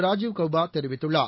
Rajiv கௌபாதெரிவித்துள்ளார்